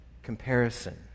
Comparison